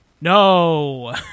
No